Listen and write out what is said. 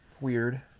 weird